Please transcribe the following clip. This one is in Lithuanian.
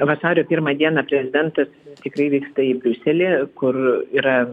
vasario pirmą dieną prezidentas tikrai vyksta į briuselį kur yra